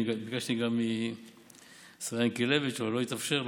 אני ביקשתי גם מהשרה ינקלביץ' אבל לא התאפשר.